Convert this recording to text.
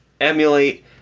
emulate